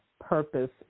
purpose